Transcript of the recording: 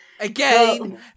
Again